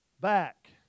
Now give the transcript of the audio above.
back